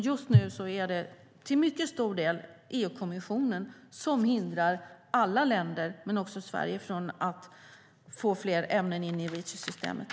Just nu är det till mycket stor del EU-kommissionen som hindrar alla länder, också Sverige, från att få in fler ämnen i Reach-systemet.